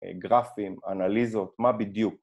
גרפים, אנליזות, מה בדיוק